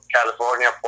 California